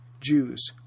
Jews